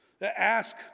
Ask